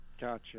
Gotcha